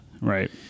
Right